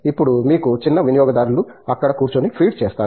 ఇప్పుడు మీకు చిన్న వినియోగదారులు అక్కడ కూర్చుని ఫీడ్ చేస్తారు